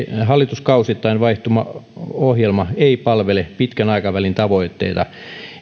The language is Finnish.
hallituskausittain vaihtuva ohjelma ei palvele pitkän aikavälin tavoitteita